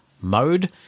mode